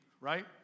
right